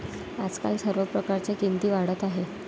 आजकाल सर्व प्रकारच्या किमती वाढत आहेत